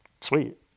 sweet